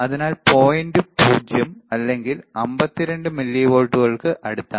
അതിനാൽ പോയിന്റ് 0 അല്ലെങ്കിൽ 52 മില്ലിവോൾട്ടുകൾക്ക് അടുത്താണ്